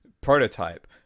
prototype